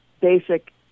basic